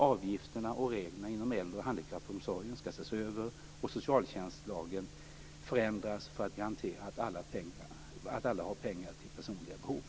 Avgifterna och reglerna inom äldre och handikappomsorgen skall ses över och socialtjänstlagen förändras för att garantera att alla har pengar till personliga behov.